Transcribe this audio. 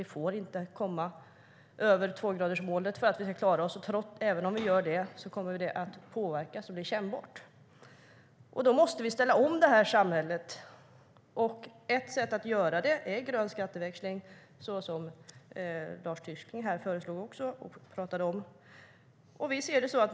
Vi får inte komma över tvågradersmålet om vi ska klara oss. Även om vi når det kommer det att påverka och bli kännbart. Vi måste ställa om samhället. Ett sätt att göra det är grön skatteväxling så som Lars Tysklind föreslog.